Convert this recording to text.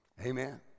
Amen